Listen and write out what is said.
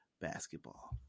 Basketball